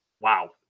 wow